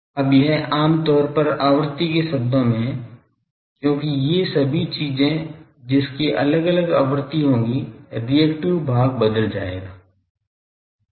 अब यह आम तौर पर आवृत्ति के शब्दों में है क्योंकि ये सभी चीजें जिसकी अलग अलग आवर्ती होगी रिएक्टिव भाग बदल जायेगा